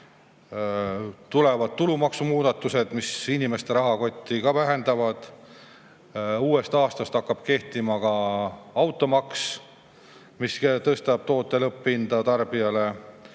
tulevad tulumaksumuudatused, mis inimestel raha vähendavad, uuest aastast hakkab kehtima ka automaks, mis tõstab tarbijal